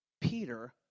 Peter